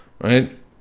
right